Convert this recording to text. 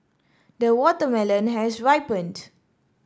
the watermelon has ripened